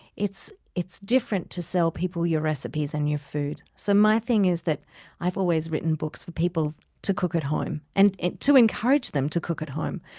it's it's different to sell people your recipes and your food so my thing is that i've always written books for people to cook at home and to encourage them to cook at home.